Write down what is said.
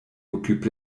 occupent